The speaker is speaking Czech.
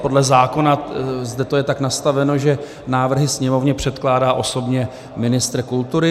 Podle zákona je to zde tak nastaveno, že návrhy Sněmovně předkládá osobně ministr kultury.